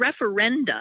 referenda